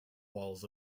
walls